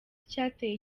icyateye